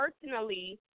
personally